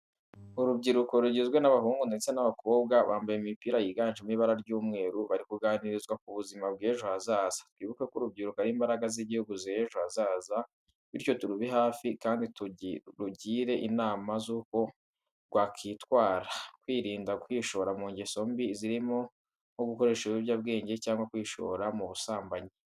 Urubyiruko rugizwe n'abahungu ndetse n'abakobwa bambaye imipira yiganjemo ibara ry'umweru, bari kuganirizwa ku buzima bw'ejo hazaza. Twibuke ko urubyiruko ari imbaraga z'igihugu z'ejo hazaza bityo turube hafi kandi turugire inama z'uko rwakwitwara, rwirinda kwishora mu ngeso mbi zirimo nko gukoresha ibiyobyabwenge cyangwa kwishora mu busambanyi.